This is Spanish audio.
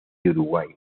uruguay